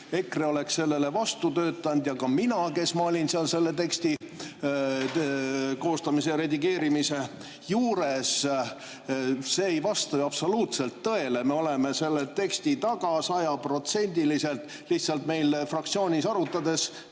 EKRE oleks sellele vastu töötanud ja ka mina, kes ma olin seal selle teksti koostamise ja redigeerimise juures. See ei vasta ju absoluutselt tõele, me oleme selle teksti taga sajaprotsendiliselt. Lihtsalt me fraktsioonis arutades